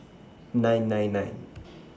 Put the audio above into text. nine nine nine